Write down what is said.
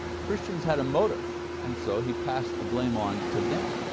christians had a motive. and so he passed the blame on to them.